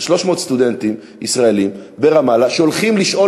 של 300 סטודנטים ישראלים שהולכים לשאול